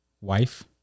wife